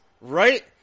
right